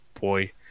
boy